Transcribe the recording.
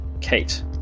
Kate